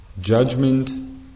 judgment